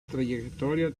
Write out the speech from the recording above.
trayectoria